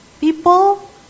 People